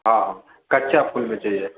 हाँ कच्चा फूल में चाहिए